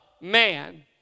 man